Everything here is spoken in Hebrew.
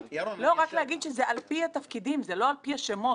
ולדעתי כיושב-ראש הוועדה, אני שולל אותה.